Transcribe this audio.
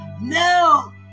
No